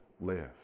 live